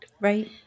right